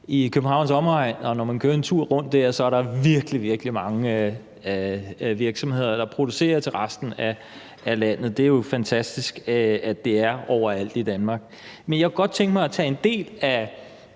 i Københavns Omegn, og når man kører en tur rundt dér, er der virkelig, virkelig mange virksomheder, der producerer til resten af landet. Det er jo fantastisk, at det er overalt i Danmark. Men jeg kunne godt tænke mig at tage en del af